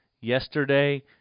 yesterday